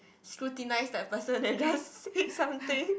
scrutinize that person and just say something